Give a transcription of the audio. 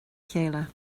chéile